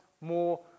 more